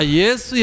yes